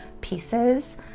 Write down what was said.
pieces